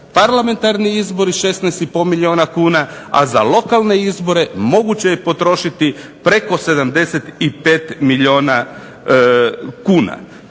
parlametnarni izbori 16,5 milijuna kuna, a za lokalne izbore moguće je potrošiti preko 75 milijuna kuna.